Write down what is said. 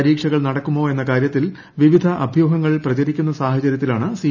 പരീക്ഷകൾ നടക്കുമോ എന്ന കാര്യത്തിൽ വിവിധ അഭ്യൂഹങ്ങൾ പ്രചരിക്കുന്ന സാഹചര്യത്തിലാണ് സി